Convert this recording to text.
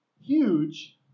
huge